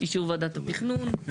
אישור ועדת התכנון.